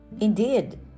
indeed